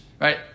right